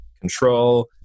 control